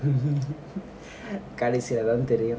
கடைசியாதான்தெரியும்:kadaichiyathan theriyum